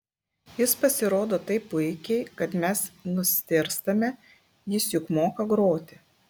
jis pasirodo taip puikiai kad mes nustėrstame jis juk moka groti